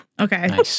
Okay